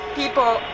people